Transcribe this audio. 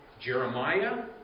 Jeremiah